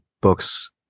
books